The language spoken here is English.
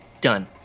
Done